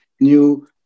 new